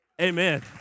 Amen